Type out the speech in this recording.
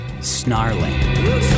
snarling